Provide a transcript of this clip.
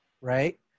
right